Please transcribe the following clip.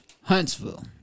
Huntsville